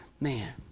Man